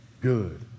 good